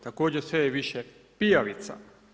Također, sve je više pijavica.